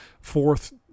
fourth